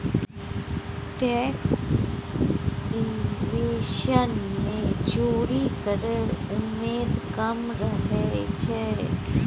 tax evasion मे चोरी केर उमेद कम रहय छै